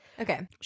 Okay